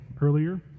earlier